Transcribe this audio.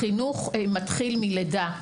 החינוך מתחיל מלידה.